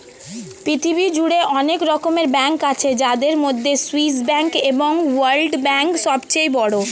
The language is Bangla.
পৃথিবী জুড়ে অনেক রকমের ব্যাঙ্ক আছে যাদের মধ্যে সুইস ব্যাঙ্ক এবং ওয়ার্ল্ড ব্যাঙ্ক সবচেয়ে বড়